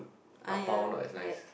oh ya correct